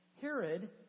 Herod